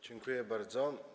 Dziękuję bardzo.